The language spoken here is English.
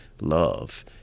love